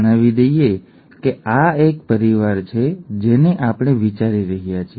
જણાવી દઈએ કે આ એક પરિવાર છે જેને અમે વિચારી રહ્યા છીએ